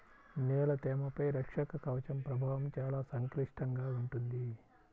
నేల తేమపై రక్షక కవచం ప్రభావం చాలా సంక్లిష్టంగా ఉంటుంది